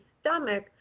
stomach